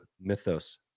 mythos